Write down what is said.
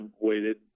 waited